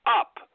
up